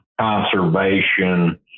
conservation